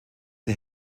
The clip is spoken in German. der